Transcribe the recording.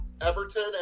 Everton